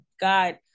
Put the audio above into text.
God